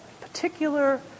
particular